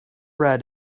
read